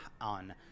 on